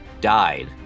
died